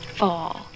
fall